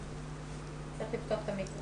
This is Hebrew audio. אני אגיד לך משהו כדי לחדד.